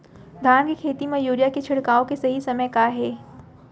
धान के खेती मा यूरिया के छिड़काओ के सही समय का हे?